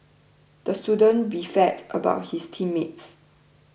the student beefed about his team mates